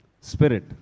Spirit